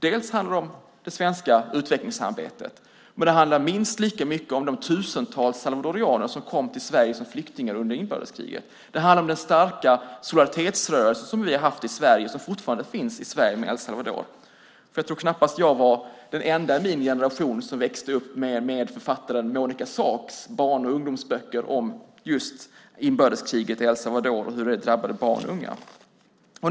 Det handlar om det svenska utvecklingssamarbetet, och det handlar minst lika mycket om de tusentals salvadoraner som kom till Sverige som flyktingar under inbördeskriget. Det handlar om den starka solidaritetsrörelse som vi har haft i Sverige, och som fortfarande finns i Sverige, med El Salvador. Jag tror knappast att jag var den enda i min generation som växte upp med författaren Monica Zaks barn och ungdomsböcker om just inbördeskriget i El Salvador och hur det drabbade barn och unga.